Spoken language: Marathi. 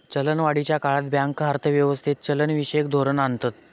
चलनवाढीच्या काळात बँक अर्थ व्यवस्थेत चलनविषयक धोरण आणतत